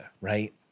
right